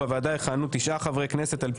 בוועדה יכהנו תשעה חברי כנסת על פי